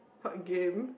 what game